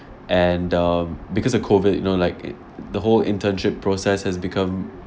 and um because of COVID you know like it the whole internship process has become